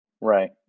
Right